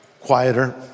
quieter